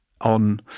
on